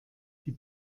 die